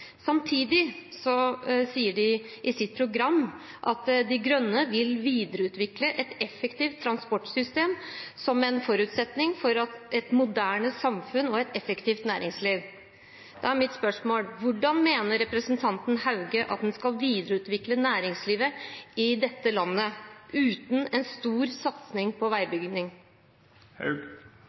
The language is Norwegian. Samtidig sier de i sitt program: «De Grønne vil videreutvikle et effektivt transportsystem som en forutsetning for et moderne samfunn, et effektivt næringsliv». Da er mitt spørsmål: Hvordan mener representanten Haug at man skal videreutvikle næringslivet i dette landet uten en stor satsing på veibygging?